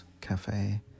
Cafe